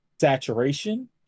saturation